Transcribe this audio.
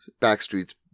Backstreet's